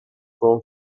from